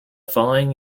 following